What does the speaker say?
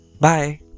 Bye